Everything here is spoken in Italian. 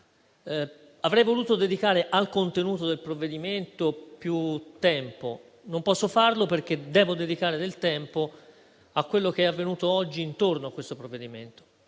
Avrei voluto dedicare al contenuto del provvedimento più tempo, ma non posso farlo perché devo dedicare del tempo a quello che è avvenuto oggi intorno ad esso.